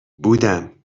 بودم